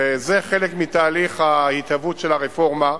וזה חלק מתהליך ההתהוות של הרפורמה.